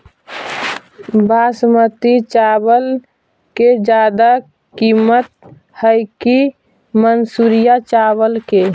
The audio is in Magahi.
बासमती चावल के ज्यादा किमत है कि मनसुरिया चावल के?